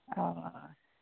অঁ